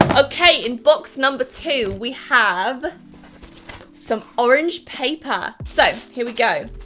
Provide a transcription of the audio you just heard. okay, in box number two, we have some orange paper! so here we go.